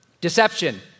deception